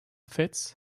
fits